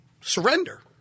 surrender